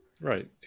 Right